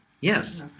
Yes